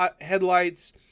headlights